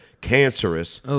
cancerous